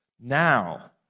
Now